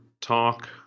talk